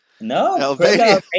No